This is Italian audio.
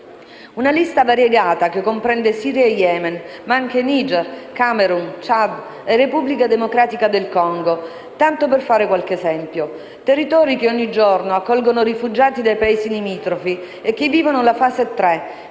Una lista variegata che comprende Siria e Yemen, ma anche Niger, Camerun, Ciad e Repubblica Democratica del Congo, tanto per fare qualche esempio. Territori che ogni giorno accolgono rifugiati dai paesi limitrofi e che vivono la fase 3,